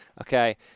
Okay